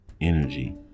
energy